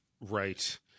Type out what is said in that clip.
Right